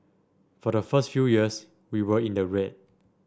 for the first few years we were in the red